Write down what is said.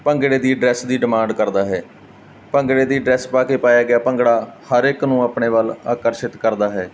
ਭੰਗੜੇ ਦੀ ਡਰੈਸ ਦੀ ਡਿਮਾਂਡ ਕਰਦਾ ਹੈ ਭੰਗੜੇ ਦੀ ਡਰੈਸ ਪਾ ਕੇ ਪਾਇਆ ਗਿਆ ਭੰਗੜਾ ਹਰ ਇੱਕ ਨੂੰ ਆਪਣੇ ਵੱਲ ਆਕਰਸ਼ਿਤ ਕਰਦਾ ਹੈ